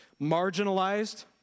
marginalized